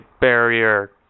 barrier